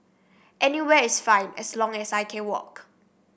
anywhere is fine as long as I can walk